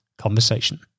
conversation